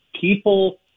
people